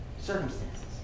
Circumstances